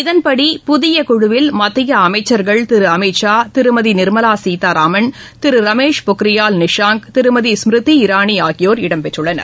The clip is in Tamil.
இதன்படி புதிய குழுவில் மத்திய அமைச்சர்கள் திரு அமித் ஷா திருமதி நிர்மவா சீதாராமன் திரு ரமேஷ் பொக்ரியால் நிஷாங்க் திருமதி ஸ்மிருதி இரானி ஆகியோர் இடம்பெற்றுள்ளனர்